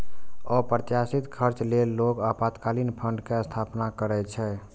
अप्रत्याशित खर्च लेल लोग आपातकालीन फंड के स्थापना करै छै